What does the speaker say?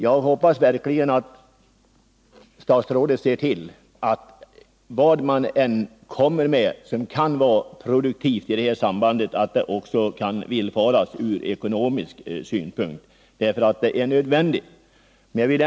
Jag hoppas verkligen att statsrådet ser till att allt som kan vara produktivt i detta sammanhang — vad man än kommer med — också kan tillgodoses ur ekonomisk synpunkt, eftersom det är nödvändigt att nå resultat.